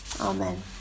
Amen